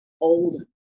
old